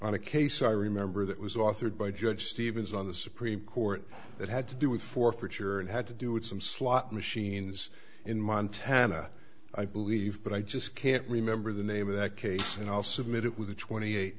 on a case i remember that was authored by judge stevens on the supreme court that had to do with forfeiture and had to do with some slot machines in montana i believe but i just can't remember the name of that case and i'll submit it with a twenty eight